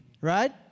Right